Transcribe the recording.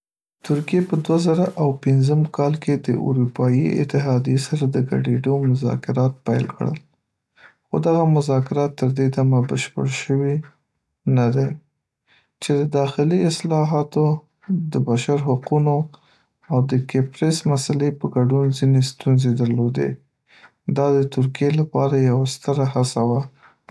ترکیه په دوه زره او پنځم کال کې د اروپایي اتحادیې سره د ګډېدو مذاکرات پیل کړل، خو دغه مذاکرات تر دې دمه بشپړ شوي نه دی، چې د داخلي اصلاحاتو، د بشر حقونو او د کیپریس مسئلې په ګډون ځینې ستونزې درلودې. دا د ترکیې لپاره یوه ستره هڅه وه.